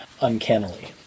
uncannily